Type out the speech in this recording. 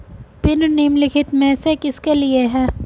Pin निम्नलिखित में से किसके लिए है?